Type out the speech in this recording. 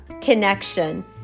connection